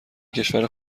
کشور